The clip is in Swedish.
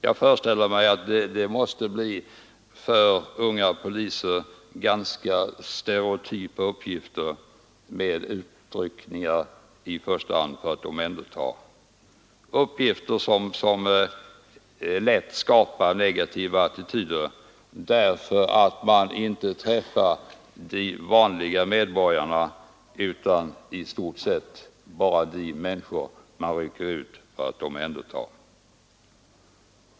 Jag föreställer mig att unga poliser får ganska stereotypa uppgifter, i första hand utryckningar för att omhänderta människor, dvs. uppgifter som lätt skapar negativa attityder därför att polismännen inte träffar de vanliga medborgarna utan i stort sett bara dem som de rycker ut för att ta hand om.